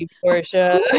Portia